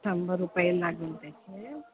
शंभर रुपये लागेल त्याचे